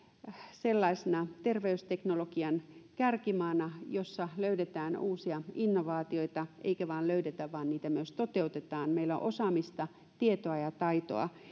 sellaisena terveysteknologian kärkimaana jossa löydetään uusia innovaatioita eikä vain löydetä vaan niitä myös toteutetaan meillä on osaamista tietoa ja taitoa